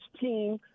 team